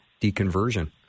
deconversion